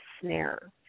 snare